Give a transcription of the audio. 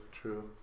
True